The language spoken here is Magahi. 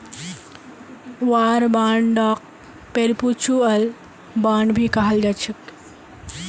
वॉर बांडक परपेचुअल बांड भी कहाल जाछे